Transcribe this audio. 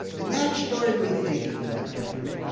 and that started me thinking about temperament.